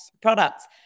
products